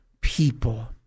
people